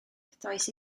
dois